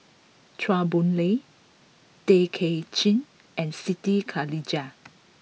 Chua Boon Lay Tay Kay Chin and Siti Khalijah